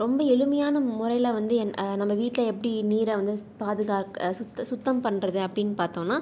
ரொம்ப எளிமையான முறையில் வந்து என் நம்ம வீட்டில் எப்படி நீரை வந்து ஸ் பாதுகாக்க சுத் சுத்தம் சுத்தம் பண்ணுறது அப்படின்னு பார்த்தோம்னா